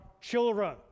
children